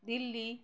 Delhi